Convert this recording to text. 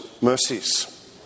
mercies